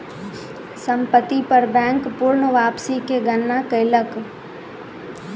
संपत्ति पर बैंक पूर्ण वापसी के गणना कयलक